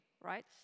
right